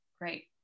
Great